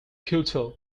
kyoto